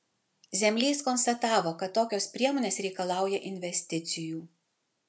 zemlys konstatavo kad tokios priemonės reikalauja investicijų